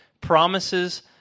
promises